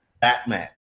Batman